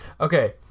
Okay